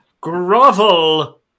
grovel